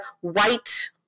white